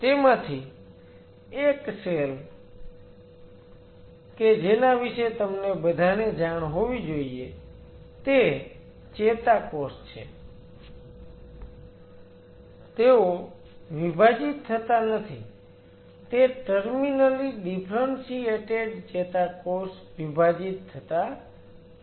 તેમાંથી એક સેલ કે જેના વિશે તમને બધાને જાણ હોવી જોઈએ તે ચેતાકોષ છે તેઓ વિભાજિત થતા નથી તે ટર્મીનલી ડીફ્રન્સીયેટેડ ચેતાકોષ વિભાજિત થતા નથી